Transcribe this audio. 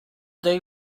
they